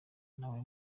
nawe